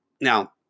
Now